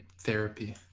therapy